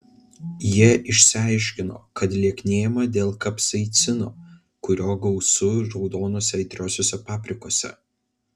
jie išsiaiškino kad lieknėjama dėl kapsaicino kurio gausu raudonose aitriosiose paprikose